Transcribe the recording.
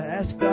ask